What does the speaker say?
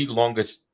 longest